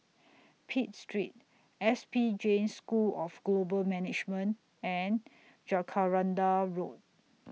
Pitt Street S P Jain School of Global Management and Jacaranda Road